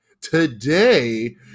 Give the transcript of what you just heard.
Today